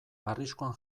arriskuan